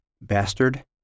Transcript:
Bastard